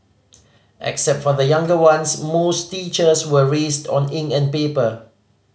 except for the younger ones most teachers were raised on ink and paper